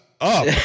up